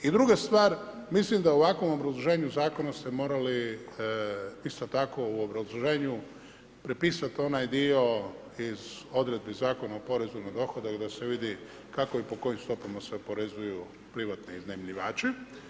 I druga stvar, mislim da u ovakvom obrazloženju zakona ste morali isto tako u obrazloženju prepisati onaj dio iz odredbi Zakona o porezu na dohodak da se vidi kako i po kojim stopama se oporezuju privatni iznajmljivači.